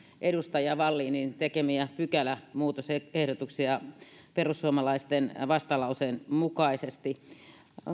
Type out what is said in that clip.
edustaja vallinin tekemiä pykälämuutosehdotuksia perussuomalaisten vastalauseen mukaisesti